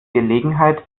gelegenheit